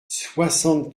soixante